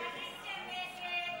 ההסתייגות (2)